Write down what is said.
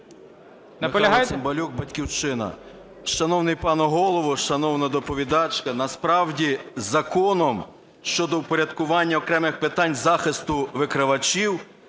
Михайло Цимбалюк, "Батьківщина". Шановний пане Голово, шановна доповідачка! Насправді Законом щодо впорядкування окремих питань захисту викривачів